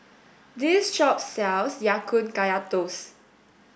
this shop sells Ya Kun Kaya Toast